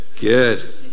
good